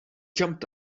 jumped